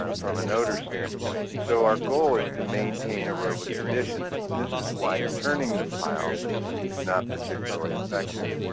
ah from an odor standpoint. so our goal is to maintain aerobic conditions. and this is why turning the pile is not particularly effective.